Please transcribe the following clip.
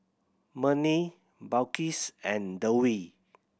Murni Balqis and Dewi